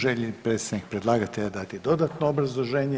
Želi li predstavnik predlagatelja dati dodatno obrazloženje?